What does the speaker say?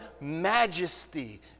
majesty